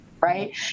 right